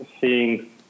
seeing